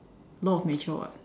law of nature [what]